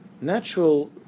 natural